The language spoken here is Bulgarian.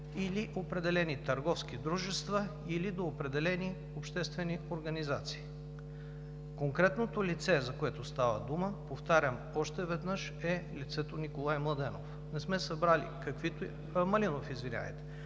или определени търговски дружества, или до определени обществени организации. Конкретното лице, за което става дума, повтарям още веднъж, е лицето Николай Младенов – Малинов, извинявайте.